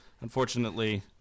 unfortunately